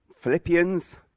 philippians